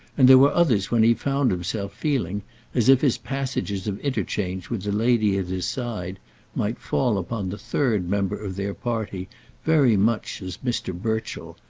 and there were others when he found himself feeling as if his passages of interchange with the lady at his side might fall upon the third member of their party very much as mr. burchell,